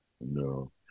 No